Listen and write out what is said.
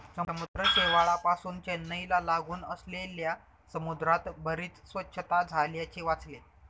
समुद्र शेवाळापासुन चेन्नईला लागून असलेल्या समुद्रात बरीच स्वच्छता झाल्याचे वाचले